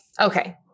Okay